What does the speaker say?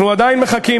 אנחנו עדיין מחכים.